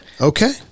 Okay